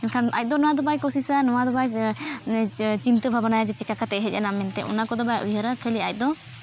ᱮᱱᱠᱷᱟᱱ ᱟᱡᱫᱚ ᱱᱚᱣᱟ ᱫᱚ ᱵᱟᱭ ᱠᱩᱥᱤᱜᱼᱟ ᱱᱚᱣᱟ ᱫᱚ ᱵᱟᱭ ᱪᱤᱱᱛᱟᱹ ᱵᱷᱟᱵᱱᱟᱭᱟ ᱡᱮ ᱪᱤᱠᱟᱹ ᱠᱟᱛᱮᱫ ᱦᱮᱡ ᱮᱱᱟ ᱢᱮᱱᱛᱮᱫ ᱚᱱᱟ ᱠᱚᱫᱚ ᱵᱟᱭ ᱩᱭᱦᱟᱹᱨᱟ ᱠᱷᱟᱹᱞᱤ ᱟᱡ ᱫᱚ